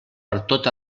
pertot